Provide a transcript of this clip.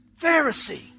Pharisee